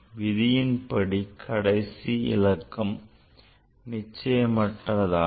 விதியின் படி கடைசி இலக்கம் நிச்சயமற்றதாகும்